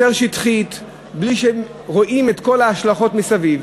יותר שטחית, בלי שרואים את כל ההשלכות מסביב,